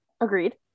Agreed